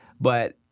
but-